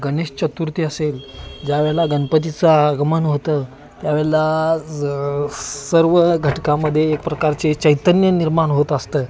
गणेश चतुर्थी असेल ज्यावेळेला गणपतीचं आगमन होतं त्यावेळेला ज सर्व घटकांमध्ये एकप्रकारचे चैतन्य निर्माण होत असतं